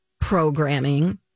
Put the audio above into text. programming